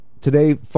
Today